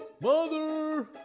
Mother